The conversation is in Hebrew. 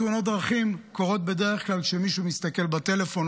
תאונת דרכים קורות בדרך כלל כשמישהו מסתכל בטלפון,